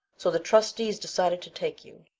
so the trustees decided to take you.